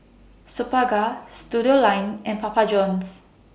Superga Studioline and Papa Johns